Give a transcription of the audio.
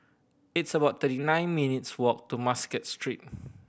it's about thirty nine minutes' walk to Muscat Street